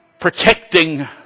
protecting